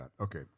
Okay